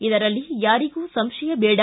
ಇದರಲ್ಲಿ ಯಾರಿಗೂ ಸಂಶಯ ಬೇಡ